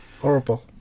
horrible